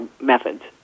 methods